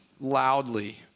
loudly